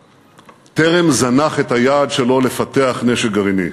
טרם זנח את היעד שלו לפתח נשק גרעיני.